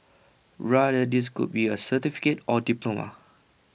rather this could be A certificate or diploma